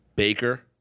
Baker